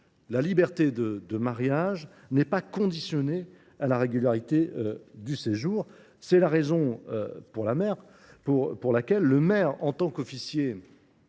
liberté du mariage n’est pas conditionnée à la régularité du séjour. C’est la raison pour laquelle le maire, en tant qu’officier